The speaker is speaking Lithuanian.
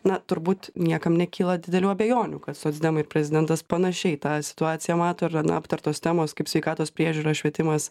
na turbūt niekam nekyla didelių abejonių kad socdemai ir prezidentas panašiai tą situaciją mato ir na aptartos temos kaip sveikatos priežiūra švietimas